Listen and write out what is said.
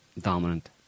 dominant